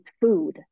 food